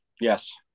Yes